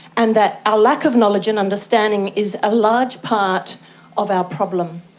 and that our lack of knowledge and understanding is a large part of our problem.